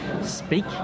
speak